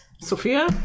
Sophia